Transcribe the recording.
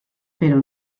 però